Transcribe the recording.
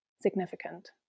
significant